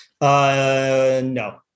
No